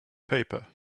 paper